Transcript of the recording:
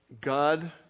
God